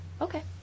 Okay